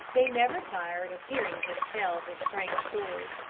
they never tired of hearing him tell his strange story.